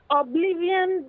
oblivion